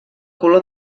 color